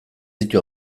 ditu